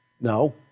No